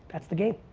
that's the game,